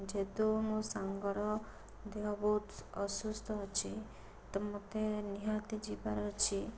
ଯେହେତୁ ମୋ ସାଙ୍ଗର ଦେହ ବହୁତ ଅସୁସ୍ଥ ଅଛି ତ ମୋତେ ନିହାତି ଯିବାର ଅଛି